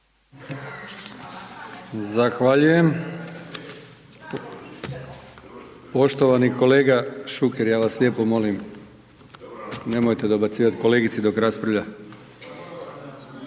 Zahvaljujem. Poštovani kolega Šuker, ja vas lijepo molim, nemojte dobacivati kolegici dok raspravlja.